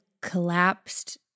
collapsed